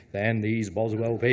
than these boswell